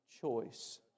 choice